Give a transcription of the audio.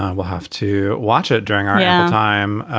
um we'll have to watch it during our downtime,